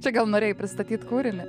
čia gal norėjai pristatyt kūrinį